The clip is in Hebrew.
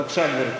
בבקשה, גברתי.